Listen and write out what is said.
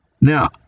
now